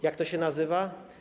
Jak to się nazywa?